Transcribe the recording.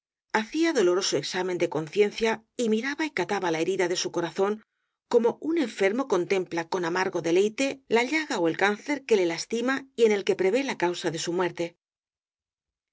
hacía doloroso examen de conciencia y miraba y cataba la herida de su corazón como un enfermo contempla con amargo deleite la llaga ó el cáncer que le lastima y en el que prevé la causa de su muerte